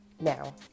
now